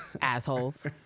assholes